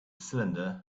cylinder